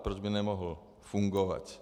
Proč by nemohl fungovat?